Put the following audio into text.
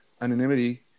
anonymity